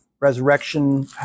resurrection